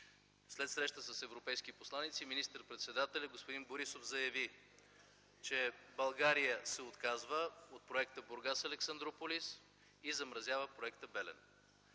след среща с европейски посланици министър-председателят господин Борисов заяви, че България се отказва от проекта „Бургас-Александруполис” и замразява проекта „Белене”.